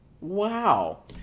Wow